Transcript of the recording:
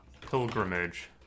pilgrimage